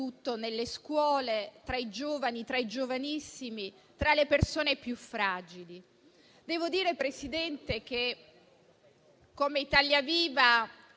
nelle scuole, tra i giovani, i giovanissimi e le persone più fragili. Devo dire, signor Presidente, che come Italia Viva